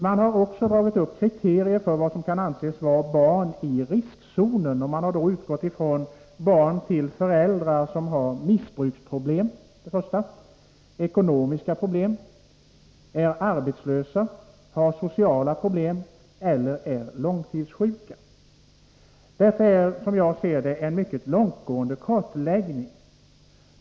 Man har också angivit kriterier för vad som kan anses vara barn i riskzonen, och man har då utgått från barn till föräldrar som har missbruksproblem eller ekonomiska problem, är arbetslösa, har sociala problem eller är långtidssjuka. Detta är, som jag ser det, en mycket långtgående kartläggning.